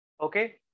Okay